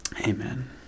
amen